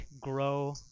grow